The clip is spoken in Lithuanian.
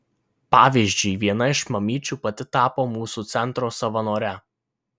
pavyzdžiui viena iš mamyčių pati tapo mūsų centro savanore